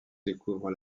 découvre